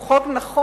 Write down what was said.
הוא חוק נכון,